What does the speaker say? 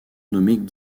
nommée